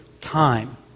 time